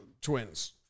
Twins